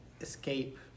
escape